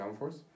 downforce